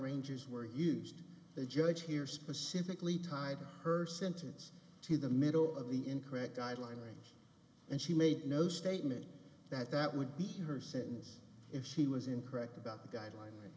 ranges were used the judge here specifically tied her sentence to the middle of the incorrect guideline and she made no statement that that would be her sentence if she was incorrect about the guideline